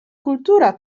kultura